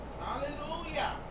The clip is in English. Hallelujah